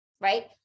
Right